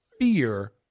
fear